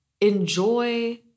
enjoy